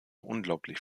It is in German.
unglaublich